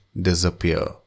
disappear